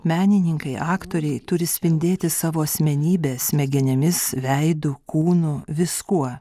menininkai aktoriai turi spindėti savo asmenybe smegenimis veidu kūnu viskuo